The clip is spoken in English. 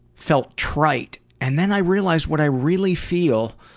felt trite. and then i realized what i really feel,